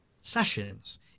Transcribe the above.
sessions